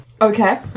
Okay